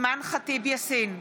אימאן ח'טיב יאסין,